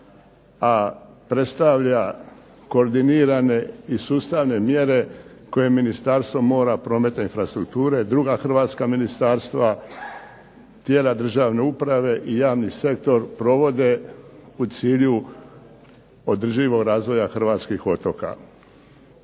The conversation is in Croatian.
a predstavlja koordinirane i sustavne mjere koje Ministarstvo mora, prometa i infrastrukture i druga hrvatska ministarstva, tijela državne uprave i javni sektor provode u cilju održivog razvoja hrvatskih otoka.